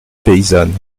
paysanne